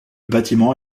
bâtiment